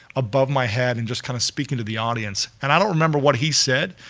above my head and just kind of speaking to the audience. and i don't remember what he said,